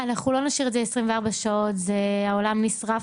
אנחנו לא נשאיר את זה 24 שעות העולם נשרף